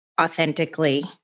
authentically